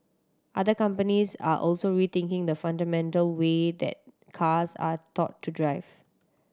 other companies are also rethinking the fundamental way that cars are taught to drive